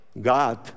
God